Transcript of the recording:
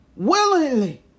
willingly